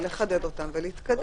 ולחדד אותן ולהתקדם.